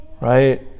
Right